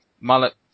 Mullet